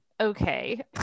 okay